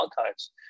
archives